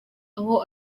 aho